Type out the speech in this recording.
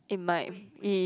it might be